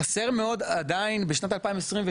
חסר מאוד עדיין, בשנת 2022,